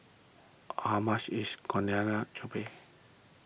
how much is Coriander